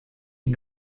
die